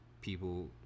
people